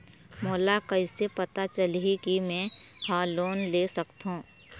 मोला कइसे पता चलही कि मैं ह लोन ले सकथों?